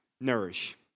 nourish